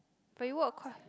but you work quite